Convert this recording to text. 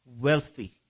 wealthy